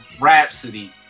Rhapsody